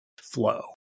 flow